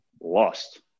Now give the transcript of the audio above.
lost